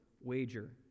wager